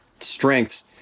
strengths